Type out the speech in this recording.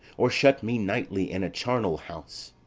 or shut me nightly in a charnel house,